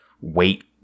wait